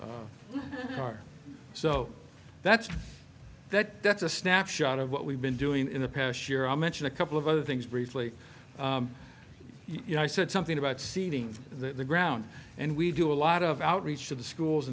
adam's car so that's that that's a snapshot of what we've been doing in the past year i mentioned a couple of other things briefly you know i said something about seating the ground and we do a lot of outreach to the schools